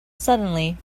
suddenly